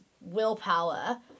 willpower